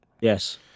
Yes